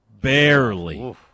Barely